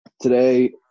today